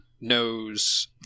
knows